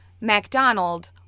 MacDonald